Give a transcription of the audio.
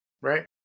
Right